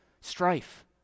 strife